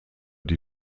die